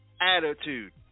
attitude